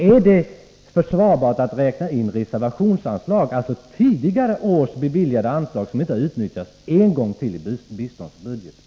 Är det försvarbart att räkna in reservationsanslag, dvs. tidigare års beviljade anslag som inte har utnyttjats, en gång till i biståndsbudgeten?